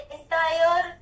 entire